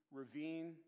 ravine